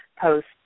Post